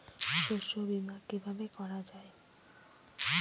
শস্য বীমা কিভাবে করা যায়?